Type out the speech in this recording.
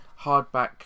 hardback